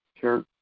Church